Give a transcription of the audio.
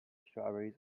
strawberries